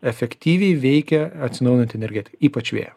efektyviai veikia atsinaujinanti energetika ypač vėjo